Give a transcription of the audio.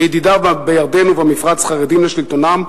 וידידיו בירדן ובמפרץ חרדים לשלטונם,